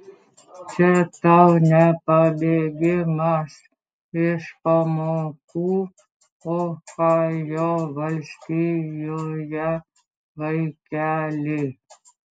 čia tau ne pabėgimas iš pamokų ohajo valstijoje vaikeli